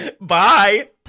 Bye